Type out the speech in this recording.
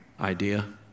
idea